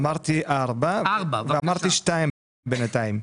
אמרתי ארבע ושאלתי שתיים בינתיים.